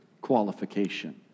qualification